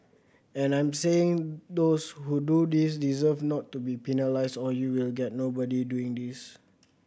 and I am saying those who do this deserve not to be penalised or you will get nobody doing this